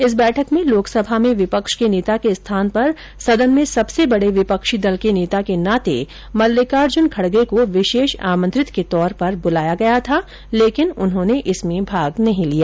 इस बैठक में लोकसभा में विपक्ष के नेता के स्थान पर सदन में सबसे बड़े विपक्षी दल के नेता के नाते मल्लिकार्जुन खड़गे को विशेष आमंत्रित के तौर पर बुलाया गया था लेकिन उन्होंने इसमें भाग नहीं लिया